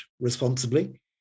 responsibly